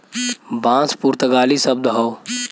बांस पुर्तगाली शब्द हौ